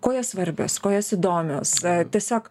kuo jos svarbios kuo jos įdomios tiesiog